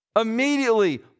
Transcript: Immediately